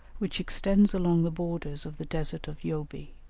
which extends along the borders of the desert of jobe